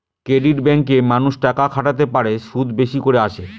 credit ব্যাঙ্কে মানুষ টাকা খাটাতে পারে, সুদ বেশি করে আসে